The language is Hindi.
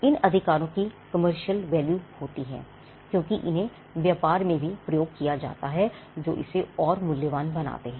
इन अधिकारों की कमर्शियल वैल्यू होती है क्योंकि इन्हें व्यापार में भी प्रयोग किया जाता है और जो इसे और मूल्यवान बनाते हैं